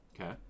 Okay